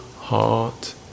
heart